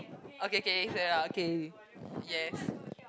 okay k you said ah okay yes